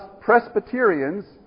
Presbyterians